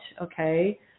Okay